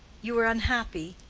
you are unhappy.